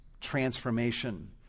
transformation